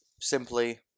simply